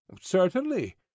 Certainly